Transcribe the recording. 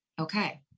okay